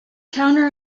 counter